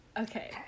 Okay